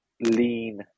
lean